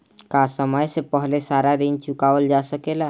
का समय से पहले सारा ऋण चुकावल जा सकेला?